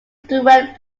direct